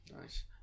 Nice